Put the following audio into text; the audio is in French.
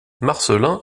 marcelin